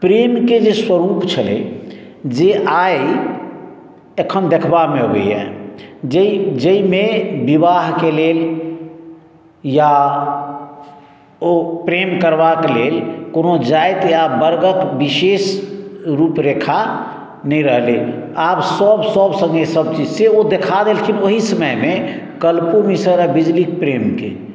प्रेम के जे स्वरुप छलै जे आइ एखन देखबा मे अबैया जाहिमे बिबाह के लेल या ओ प्रेम करबाक लेल कोनो जाइत या बर्गक बिशेष रूप रेखा नहि रहलै आब सब सब संगे सब चीज से ओ देखा देलखिन ओहि समय मे कलपु मिसर आ बिजलीक प्रेम के